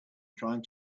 trying